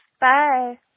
Bye